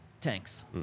tanks